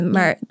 Maar